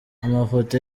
amafoto